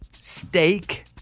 steak